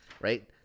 right